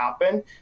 happen